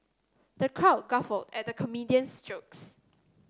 the crowd guffawed at the comedian's jokes